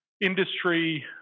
industry